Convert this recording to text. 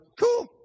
cool